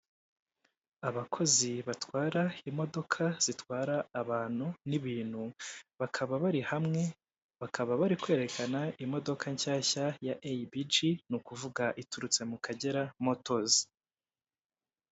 Abakozi batwara imodoka zitwara abantu n'ibintu, bakaba bari hamwe, bakaba bari kwerekana imodoka nshyashya ya eyibigi, ni ukuvuga iturutse mu Kagera motozi.